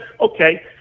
Okay